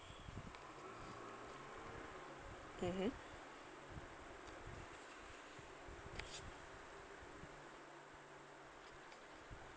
mmhmm